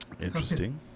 interesting